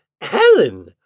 Helen